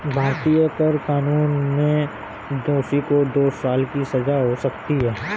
भारतीय कर कानून में दोषी को दो साल की सजा हो सकती है